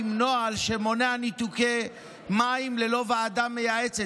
נוהל שמונע ניתוקי מים ללא ועדה מייעצת.